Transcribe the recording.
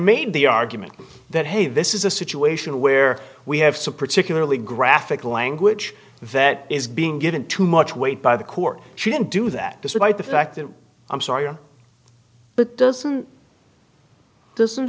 made the argument that hey this is a situation where we have some particularly graphic language that is being given too much weight by the court she didn't do that despite the fact that i'm sorry but doesn't this